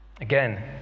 Again